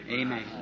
amen